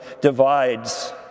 divides